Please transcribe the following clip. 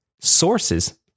sources